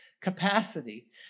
capacity